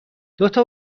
دوتا